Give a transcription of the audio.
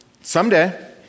someday